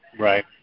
Right